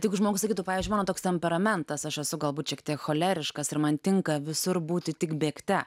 tai jeigu žmogui sakytų pavyzdžiui mano toks temperamentas aš esu galbūt šiek tiek choleriškas ir man tinka visur būti tik bėgte